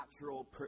natural